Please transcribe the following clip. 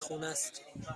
خونست